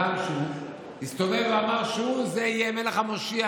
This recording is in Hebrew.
האכזבה היא מאדם שהסתובב ואמר שהוא יהיה המלך המשיח,